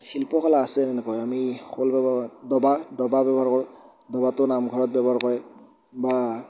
শিল্প কলা আছে এনেকৈ আমি খোল ব্যৱহাৰ দবা দবা ব্যৱহাৰ কৰোঁ দবাটো নামঘৰত ব্যৱহাৰ কৰে বা